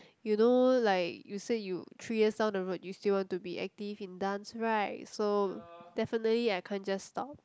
you know like you say you three years down the road you still want to be active in dance right so definitely I can't just stop